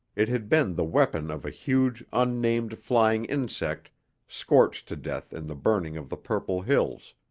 it had been the weapon of a huge, unnamed flying insect scorched to death in the burning of the purple hills,